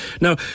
Now